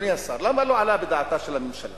אדוני השר, למה לא עלה בדעתה של הממשלה